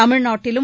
தமிழ்நாட்டிலும்